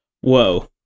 whoa